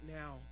now